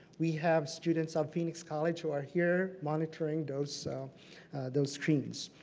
we have students on phoenix college who are here monitoring those so those screens.